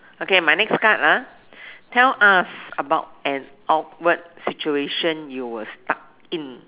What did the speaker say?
okay my next card lah tell us about an awkward situation you were stuck in